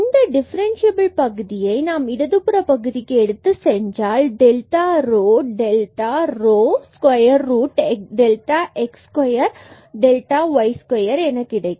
இந்த டிஃபரண்சியபில் பகுதியை நாம் இடதுபுற பகுதிக்கு எடுத்துச் சென்றால் delta rho delta rho square root delta x square delta y square என கிடைக்கும்